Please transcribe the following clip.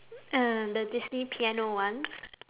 uh the disney piano ones